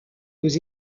aux